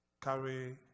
carry